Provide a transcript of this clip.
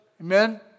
Amen